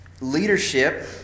Leadership